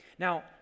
Now